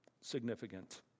significant